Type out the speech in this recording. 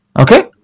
Okay